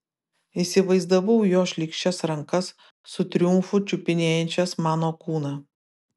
įsivaizdavau jo šlykščias rankas su triumfu čiupinėjančias mano kūną